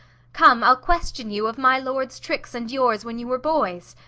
come, i'll question you of my lord's tricks and yours when you were boys.